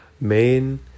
main